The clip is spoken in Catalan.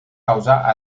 causar